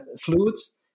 fluids